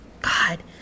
God